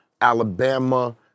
Alabama